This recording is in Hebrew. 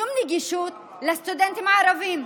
שום נגישות לסטודנטים הערבים.